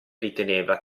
riteneva